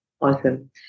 Awesome